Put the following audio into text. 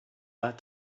that